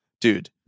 dude